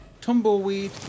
Tumbleweed